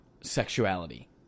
sexuality